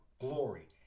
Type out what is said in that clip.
glory